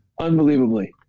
Unbelievably